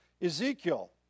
Ezekiel